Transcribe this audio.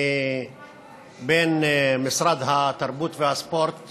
בין משרד התרבות והספורט